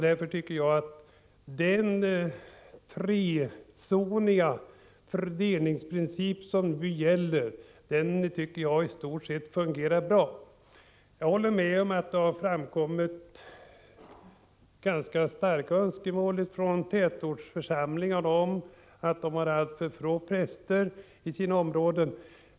Därför tycker jag att den trezoniga fördelningsprincip som nu gäller i stort sett fungerar bra. Jag är medveten om att det framkommit ganska starka önskemål från tätortsförsamlingarna. Det har nämligen framhållits att de har alltför få präster i sina områden.